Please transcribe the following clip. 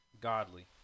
godly